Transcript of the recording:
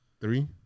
Three